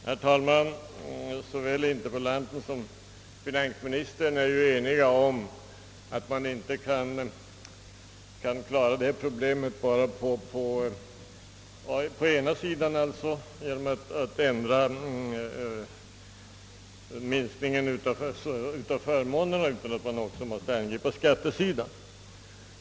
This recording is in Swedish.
Herr talman! Interpellanten och finansministern är ju eniga om att man inte bara kan minska förmånerna, utan att man då också måste angripa skattesidan.